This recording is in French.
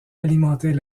alimentait